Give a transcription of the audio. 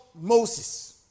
Moses